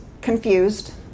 confused